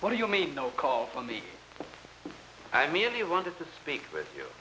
what do you mean no call from me i merely wanted to speak with you